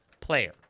player